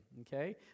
okay